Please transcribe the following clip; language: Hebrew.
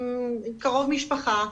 עם קרוב משפחה,